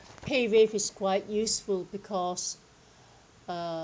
paywave is quite useful because